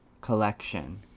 collection